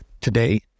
today